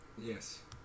Yes